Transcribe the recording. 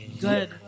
good